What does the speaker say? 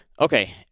Okay